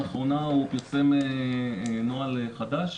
לאחרונה הוא פרסם נוהל חדש,